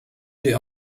sie